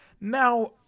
Now